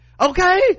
okay